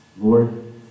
Lord